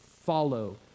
follow